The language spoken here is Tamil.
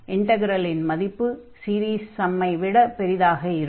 இன்டக்ரல்லின் மதிப்பு சீரீஸ் ஸம்மை விட பெரிதாக இருக்கும்